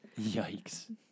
yikes